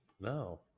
No